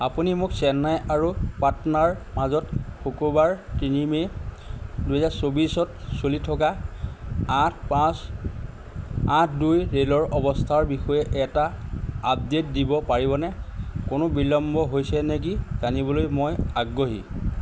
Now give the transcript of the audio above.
আপুনি মোক চেন্নাই আৰু পাটনাৰ মাজত শুক্ৰবাৰ তিনি মে' দুহেজাৰ চৌবিছত চলি থকা আঠ পাঁচ আঠ দুই ৰে'লৰ অৱস্থাৰ বিষয়ে এটা আপডেট দিব পাৰিবনে কোনো বিলম্ব হৈছে নেকি জানিবলৈ মই আগ্ৰহী